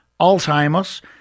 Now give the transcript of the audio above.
Alzheimer's